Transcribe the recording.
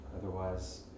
Otherwise